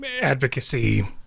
advocacy